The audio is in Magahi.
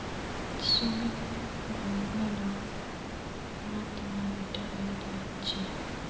सुमित घोंघा लाक मत मार ईटा गलत बात छ